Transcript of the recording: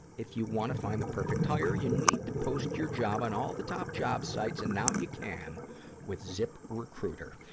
if you want to find the perfect hire, you need to post your job on all the top job sites and now you can with ziprecruiter.